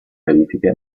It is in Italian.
verifiche